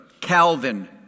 Calvin